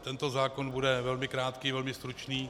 Tento zákon bude velmi krátký, velmi stručný.